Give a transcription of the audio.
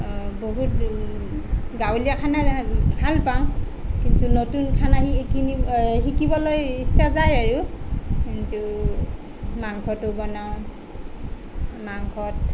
বহুত গাঁৱলীয়া খানা ভালপাওঁ কিন্তু নতুন খানা শিকিবলৈ ইচ্ছা যায় আৰু কিন্তু মাংসটো বনাওঁ মাংসত